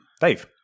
Dave